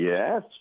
Yes